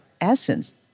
essence